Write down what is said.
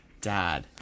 dad